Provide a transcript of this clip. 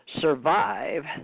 survive